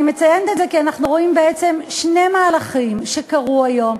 אני מציינת את זה כי אנחנו רואים בעצם שני מהלכים שקרו היום,